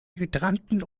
hydranten